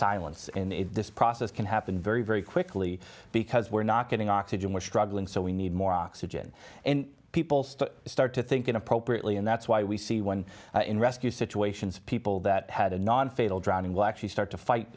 silence and this process can happen very very quickly because we're not getting oxygen was struggling so we need more oxygen and people start to think inappropriately and that's why we see when in rescue situations people that had a non fatal drowning will actually start to fight